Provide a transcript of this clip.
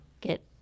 get